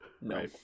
No